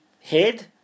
head